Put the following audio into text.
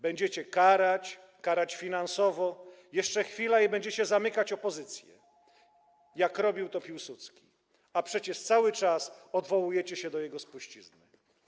Będziecie karać, karać finansowo, jeszcze chwila i będziecie zamykać opozycję, jak robił to Piłsudski, a przecież cały czas odwołujecie się do jego spuścizny.